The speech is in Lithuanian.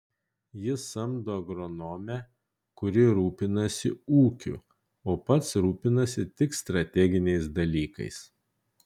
jis samdo agronomę kuri rūpinasi ūkiu o pats rūpinasi tik strateginiais dalykais